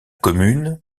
commune